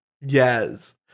Yes